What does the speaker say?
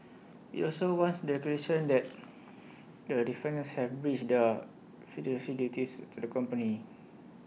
IT also wants declaration that the defendants have breached their fiduciary duties to the company